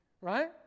right